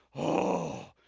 oh,